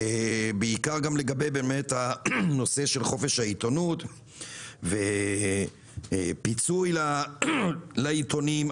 בעיקר לגבי הנושא של חופש העיתונות ופיצוי לעיתונים,